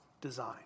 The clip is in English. design